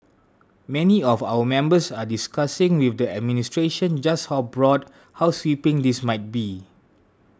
many of our members are discussing with the administration just how broad how sweeping this might be